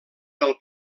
del